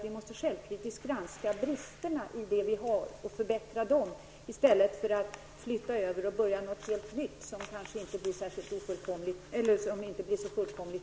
Vi måste självkritiskt granska bristerna i det vi har och åstadkomma förbättringar i stället för att flytta över och börja något helt nytt, som kanske inte heller blir så fullkomligt.